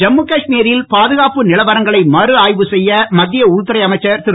ஜம்மு காஷ்மீரில் பாதுகாப்பு நிலவரங்களை மறுஆய்வு செய்ய மத்திய உள்துறை அமைச்சர் திரு